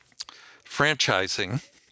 franchising